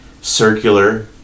circular